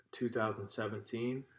2017